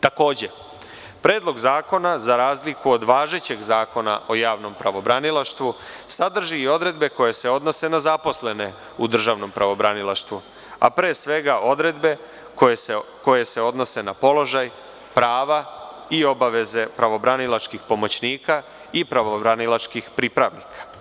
Takođe, Predlog zakona, za razliku od važećeg Zakona o javnom pravobranilaštvu, sadrži i odredbe koje se odnose na zaposlene u državnom pravobranilaštvu, a pre svega odredbe koje se odnose na položaj prava i obaveze pravobranilačkih pomoćnika i pravobranilačkih pripravnika.